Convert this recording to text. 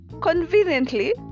conveniently